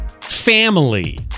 family